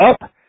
up